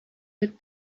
had